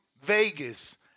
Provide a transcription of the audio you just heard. Vegas